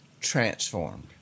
transformed